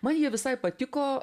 man jie visai patiko